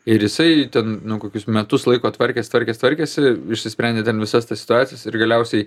ir jisai ten nu kokius metus laiko tvarkės tvarkės tvarkėsi išsisprendė ten visas tas situacijas ir galiausiai